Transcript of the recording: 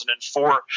2004